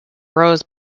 rose